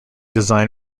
design